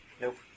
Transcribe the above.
Nope